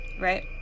right